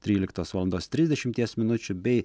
tryliktos valandos trisdešimties minučių bei